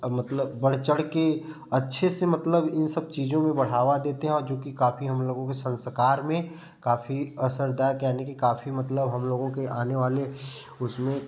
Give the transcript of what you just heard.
मतलब बढ़ चढ़ के अच्छे से मतलब इन सब चीज़ों में बढ़ावा देते है और जो कि काफ़ी हम लोगों के संस्कार में काफ़ी असरदार यानि कि काफ़ी मतलब हम लोगों के आने वाले उसमें